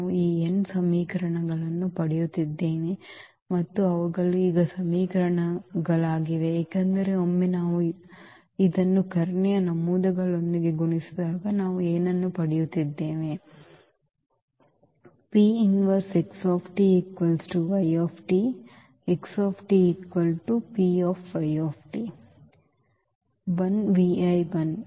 ನಾವು ಈ n ಸಮೀಕರಣಗಳನ್ನು ಪಡೆಯುತ್ತಿದ್ದೇವೆ ಮತ್ತು ಅವುಗಳು ಈಗ ಸಮೀಕರಣಗಳಾಗಿವೆ ಏಕೆಂದರೆ ಒಮ್ಮೆ ನಾವು ಇದನ್ನು ಕರ್ಣೀಯ ನಮೂದುಗಳೊಂದಿಗೆ ಗುಣಿಸಿದಾಗ ನಾವು ಏನನ್ನು ಪಡೆಯುತ್ತಿದ್ದೇವೆ where is constant and